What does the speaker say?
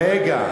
רגע.